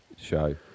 show